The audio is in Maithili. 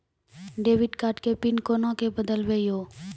डेबिट कार्ड के पिन कोना के बदलबै यो?